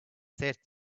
said